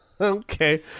Okay